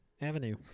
Avenue